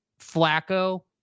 Flacco